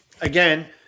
again